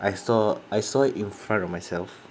I saw I saw it in front of myself